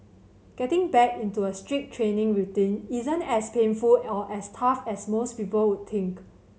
getting back into a strict training routine isn't as painful or as tough as most people would think